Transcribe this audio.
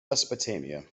mesopotamia